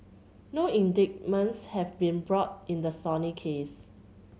no indictments have been brought in the Sony case